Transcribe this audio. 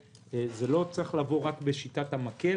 זה לא צריך לבוא רק בשיטת המקל,